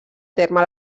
terme